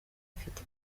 bifite